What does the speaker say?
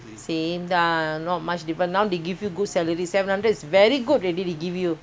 already they give you